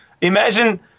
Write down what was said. imagine